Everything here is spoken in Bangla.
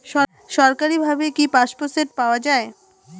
সরকারিভাবে কি পাম্পসেট পাওয়া যায়?